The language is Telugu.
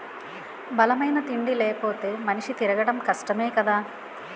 బలమైన తిండి లేపోతే మనిషి తిరగడం కష్టమే కదా